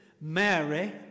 Mary